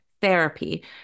therapy